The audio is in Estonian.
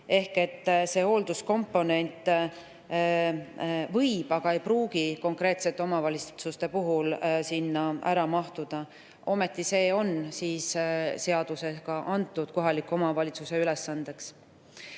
ehk see hoolduskomponent võib, aga ei pruugi konkreetsete omavalitsuste puhul sinna [piiridesse] ära mahtuda. Ometi on see seadusega antud kohaliku omavalitsuse ülesandeks.